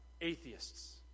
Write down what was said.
atheists